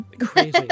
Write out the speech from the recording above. Crazy